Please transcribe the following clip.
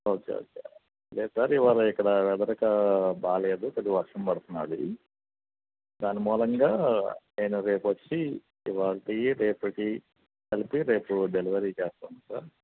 okay okay లేదు sir ఇవాళ ఇక్కడ వెదర్ ఇక బాగాలేదు కొద్దిగా వర్షం పడుతున్నాది దాని మూలంగా నేను రేపొచ్చి ఇవాల్టివి రేపటివి కలిపి రేపు డెలివరీ చేస్తాను సార్